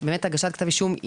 והגשת כתב אישום,